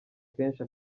kenshi